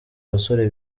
basore